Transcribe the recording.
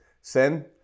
sin